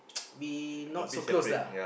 we not so close lah